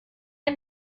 der